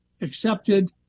accepted